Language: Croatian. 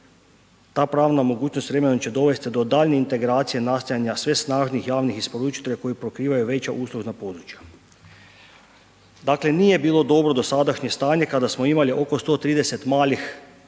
ta pravna mogućnost s vremenom će dovesti do daljnje integracije nastajanja sve snažnijih javnih isporučitelja koji pokrivaju veća uslužna područja. Dakle nije bilo dobro dosadašnje stanje kada smo imali oko 130 malih